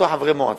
אותם חברי מועצה.